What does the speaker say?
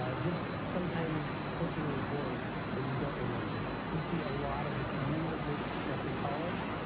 ah just sometimes clicking record, they just don't remember. we see a lot of really great success in college.